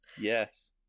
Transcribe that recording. Yes